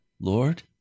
Lord